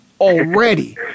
already